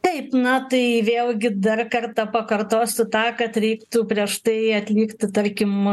taip na tai vėlgi dar kartą pakartosiu tą kad reiktų prieš tai atlikti tarkim